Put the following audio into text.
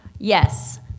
Yes